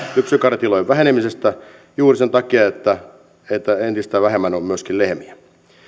lypsykarjatilojen vähenemisestä juuri sen takia että entistä vähemmän on myöskin lehmiä